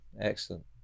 excellent